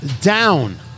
down